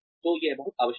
तो यह बहुत आवश्यक है